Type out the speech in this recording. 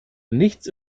nichts